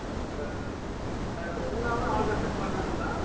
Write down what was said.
அது ஃபுல்லாகவே ஆல்ட்ரேஷன் பண்ணணுங்களா